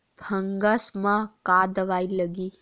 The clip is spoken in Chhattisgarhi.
फंगस म का दवाई लगी?